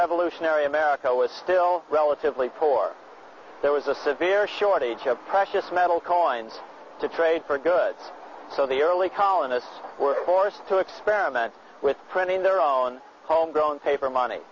revolutionary america was still relatively poor there was a severe shortage of precious metal coins to trade for good so the early colonists were forced to experiment with printing their own homegrown paper money